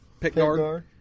pickguard